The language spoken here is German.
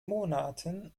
monaten